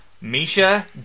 Misha